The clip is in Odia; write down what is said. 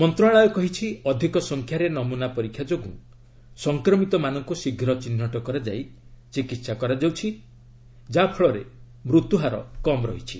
ମନ୍ତ୍ରଣାଳୟ କହିଛି ଅଧିକ ସଂଖ୍ୟାରେ ନମୁନା ପରୀକ୍ଷା ଯୋଗୁଁ ସଂକ୍ରମିତମାନଙ୍କୁ ଶୀଘ୍ର ଚିହ୍ନଟ କରାଯାଇ ଚିକିତ୍ସା କରାଯାଉଛି ଯା'ଫଳରେ ମୃତ୍ୟୁହାର କମ୍ ରହିଛି